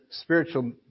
spiritual